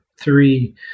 three